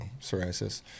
psoriasis